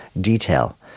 detail